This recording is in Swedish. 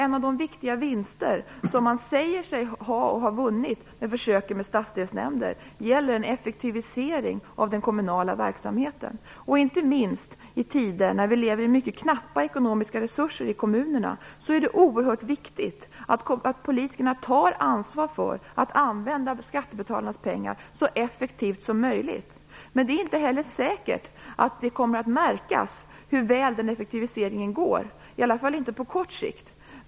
En av de viktiga vinster som man säger sig ha gjort i försöken med stadsdelsnämnder är en effektivisering av den kommunala verksamheten. Inte minst i tider när vi har mycket knappa ekonomiska resurser i kommunerna, är det oerhört viktigt att politikerna tar ansvar för att använda skattebetalarnas pengar så effektivt som möjligt. Det är inte heller säkert att det kommer att märkas hur väl effektiviseringen går, i alla fall inte på kort sikt.